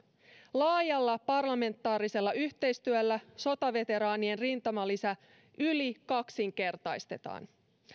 laajalla parlamentaarisella yhteistyöllä sotaveteraanien rintamalisä yli kaksinkertaistetaan